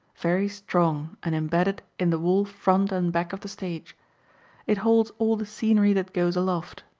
very strong and imbedded in the wall front and back of the stage it holds all the scenery that goes aloft.